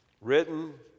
written